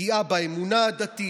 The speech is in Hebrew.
פגיעה באמונה הדתית,